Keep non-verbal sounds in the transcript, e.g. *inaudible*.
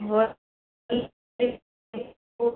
*unintelligible*